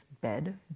bed